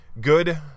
good